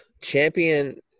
champion